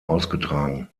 ausgetragen